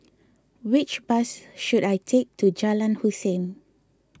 which bus should I take to Jalan Hussein